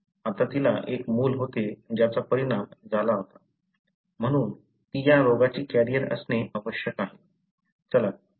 आता तिला एक मूल होते ज्याचा परिणाम झाला होता म्हणून ती या रोगाची कॅरियर असणे आवश्यक आहे